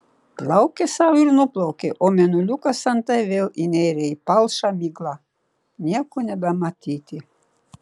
plaukė sau ir nuplaukė o mėnuliukas antai vėl įnėrė į palšą miglą nieko nebematyti